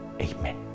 Amen